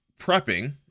prepping